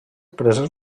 preses